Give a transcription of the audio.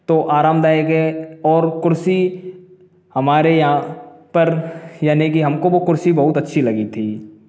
तो आरामदायक है और कुर्सी हमारे यहाँ पर यानी कि हमको वो कुर्सी बहुत अच्छी लगी थी